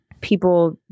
people